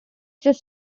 just